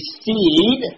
seed